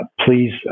please